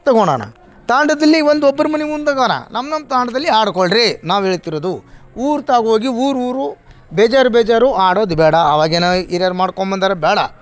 ತಗೊಳೋಣ ತಾಂಡದಲ್ಲಿ ಒಂದು ಒಬ್ರ ಮನೆ ಮುಂದೋಗೋಣ ನಮ್ಮ ನಮ್ಮ ತಾಂಡದಲ್ಲಿ ಆಡ್ಕೊಳ್ರಿ ನಾವು ಹೇಳ್ತಿರೋದು ಊರು ತಾ ಹೋಗಿ ಊರೂರು ಬೇಜಾರು ಬೇಜಾರು ಆಡೋದು ಬೇಡ ಅವಾಗೇನೋ ಹಿರಿಯರ್ ಮಾಡ್ಕೊ ಬಂದಾರ ಬೇಡ